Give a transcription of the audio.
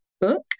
book